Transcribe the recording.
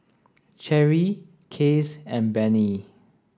Cherie Case and Benny